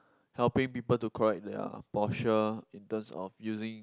helping people to correct their posture in terms of using